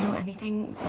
anything